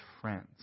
friends